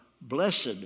blessed